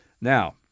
Now